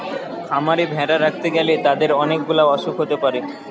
খামারে ভেড়া রাখতে গ্যালে তাদের অনেক গুলা অসুখ হতে পারে